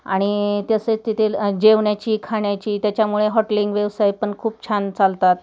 आणि तसेच तेथील जेवण्याची खाण्याची त्याच्यामुळे हॉटलिंग व्यवसाय पण खूप छान चालतात